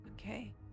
okay